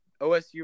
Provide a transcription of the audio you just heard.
OSU